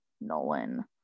nolan